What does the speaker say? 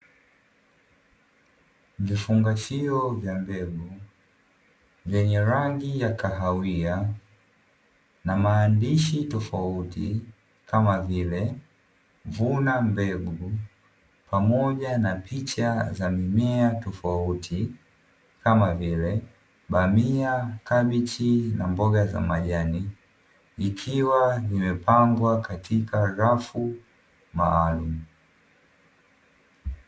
Vifungashio vya mbegu vyenye rangi ya kahawia na maandishi tofauti, kama vile vuna mbegu, pamoja na picha za mimea tofauti kama vile: bamia, kabichi na mboga za majani, ikiwa imepangwa katika rafu maalumu.